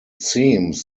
seems